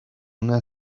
una